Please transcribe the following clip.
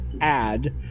add